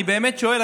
אני באמת שואל,